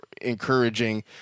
encouraging